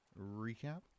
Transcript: recap